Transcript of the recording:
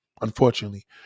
unfortunately